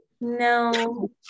No